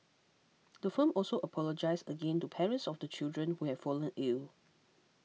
the firm also apologised again to parents of the children who have fallen ill